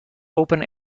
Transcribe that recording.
open